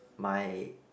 my